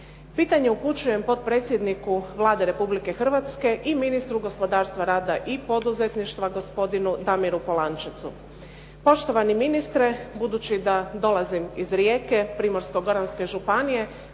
Pitanje upućujem potpredsjedniku Vlade Republike Hrvatske i ministru gospodarstva, rada i poduzetništva gospodinu Damiru Polančecu. Poštovni ministre, budući da dolazim iz Rijeke, Primorsko-goranske županije,